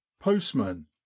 postman